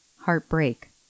heartbreak